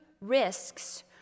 risks